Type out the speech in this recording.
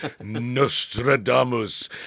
Nostradamus